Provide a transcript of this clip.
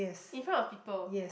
in front of people